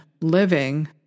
Living